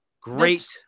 great